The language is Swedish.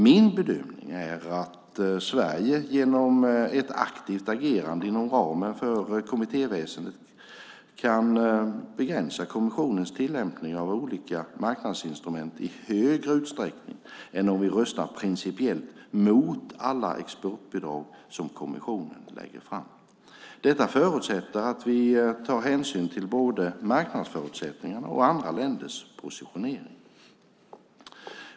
Min bedömning är att Sverige genom ett aktivt agerande inom ramen för kommittéväsendet kan begränsa kommissionens tillämpning av olika marknadsinstrument i större utsträckning än om vi röstar principiellt mot alla exportbidrag som kommissionen lägger fram. Detta förutsätter att vi tar hänsyn till både marknadsförutsättningarna och andra länders positionering.